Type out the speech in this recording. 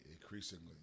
increasingly